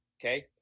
Okay